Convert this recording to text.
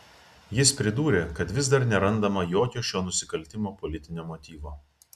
jis pridūrė kad vis dar nerandama jokio šio nusikaltimo politinio motyvo